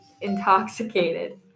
intoxicated